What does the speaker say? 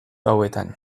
gauetan